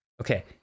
okay